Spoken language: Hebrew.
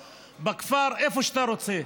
בכפר, איפה שאתה רוצה.